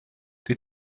die